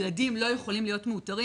ילדים לא יכולים להיות מאותרים.